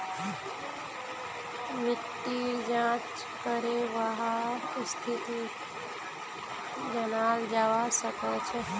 मिट्टीर जाँच करे वहार स्थिति जनाल जवा सक छे